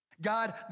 God